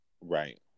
Right